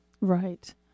Right